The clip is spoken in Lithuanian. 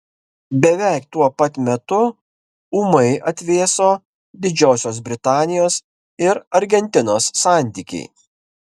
beveik tuo pat metu ūmai atvėso didžiosios britanijos ir argentinos santykiai